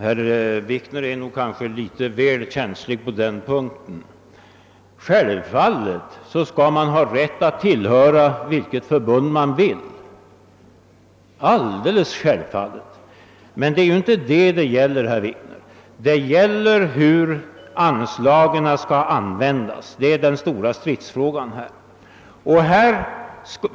Herr Wikner är kanske litet väl känslig på denna punkt. Självfallet skall man ha rätt att tillhöra vilket förbund man vill, men det är inte detta det gäller. Vad frågan gäller är hur anslagen skall användas. Det är den stora stridsfrågan.